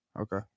okay